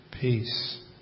peace